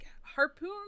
Harpoon